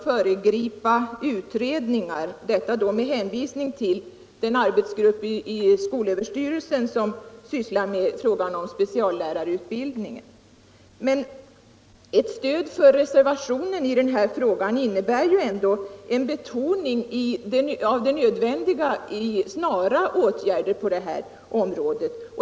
Herr Jönsson sade att vi här i riksdagen inte brukar föregripa utredningar som sysslar med frågan om speciallärarutbildning. Men ett bifall till reservationen I innebär ändå en betoning av det nödvändiga i snara åtgärder på det här området.